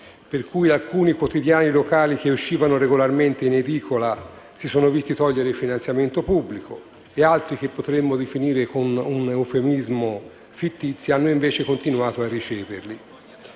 per cui alcuni quotidiani locali che uscivano regolarmente in edicola si sono visti togliere il finanziamento pubblico, e altri, che potremmo definire, con un eufemismo, fittizi, hanno continuato a riceverli.